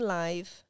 life